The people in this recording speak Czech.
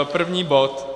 První bod: